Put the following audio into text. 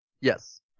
Yes